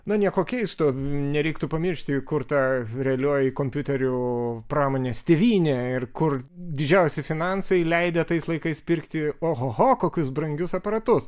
na nieko keisto nereiktų pamiršti kur ta realioji kompiuterių pramonės tėvynė ir kur didžiausi finansai leidę tais laikais pirkti ohoho kokius brangius aparatus